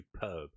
superb